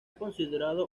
considerado